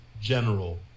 general